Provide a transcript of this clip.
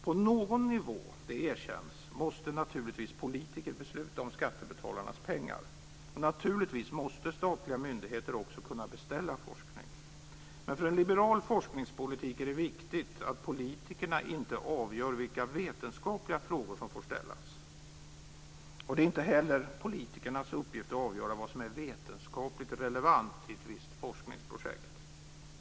På någon nivå - det erkänns - måste naturligtvis politiker besluta om skattebetalarnas pengar, och naturligtvis måste statliga myndigheter också kunna beställa forskning. Men för en liberal forskningspolitik är det viktigt att politikerna inte avgör vilka vetenskapliga frågor som får ställas. Det är inte heller politikernas uppgift att avgöra vad som är vetenskapligt relevant i ett visst forskningsprojekt.